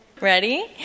Ready